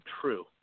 true